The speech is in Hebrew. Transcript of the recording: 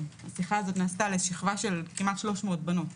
- השיחה הזאת נעשתה לשכבה של כמעט 300 בנות,